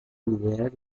mulher